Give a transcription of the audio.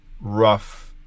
rough